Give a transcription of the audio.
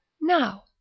now